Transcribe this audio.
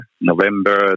November